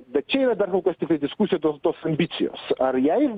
bet čia yra dar kol kas tiktai diskusija dėl tos ambicijos ar jai